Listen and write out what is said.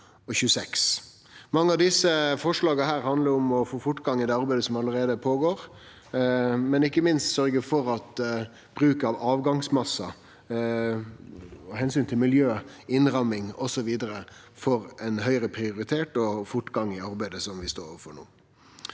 Mange av desse forslaga handlar om å få fortgang i det arbeidet som allereie skjer, men ikkje minst sørgje for at bruk av avgangsmassar og omsyn til miljø, innramming osv. får høgare prioritet og fortgang i arbeidet vi står overfor no.